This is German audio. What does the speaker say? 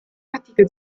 partikel